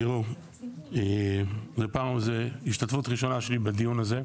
תראו, זו השתתפות ראשונה שלי בדיון הזה.